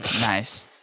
Nice